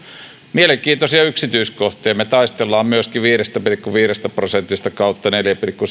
mielenkiintoisia yksityiskohtia me taistelemme myöskin viidestä pilkku viidestä prosentista tai neljästä pilkku